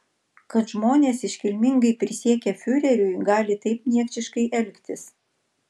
kad žmonės iškilmingai prisiekę fiureriui gali taip niekšiškai elgtis